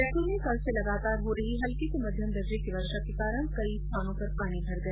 जयपुर में कल से लगातार हो रही हल्की से मध्यम दर्जे की वर्षा के कारण कई जगहों पर पानी भर गया